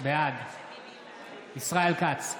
בעד ישראל כץ,